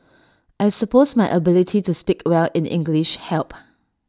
I suppose my ability to speak well in English help